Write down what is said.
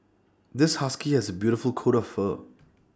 this husky has A beautiful coat of fur